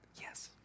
Yes